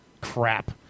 crap